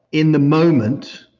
in the moment,